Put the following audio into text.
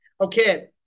Okay